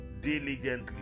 Diligently